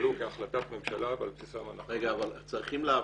שהתקבלו כהחלטת ממשלה ועל בסיסם אנחנו --- אבל צריכים להבין,